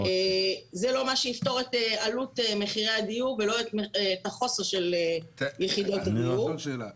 זה לא מה שיפתור את עלות מחירי הדיור ולא את החוסר ביחידות הדיור.